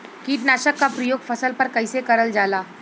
कीटनाशक क प्रयोग फसल पर कइसे करल जाला?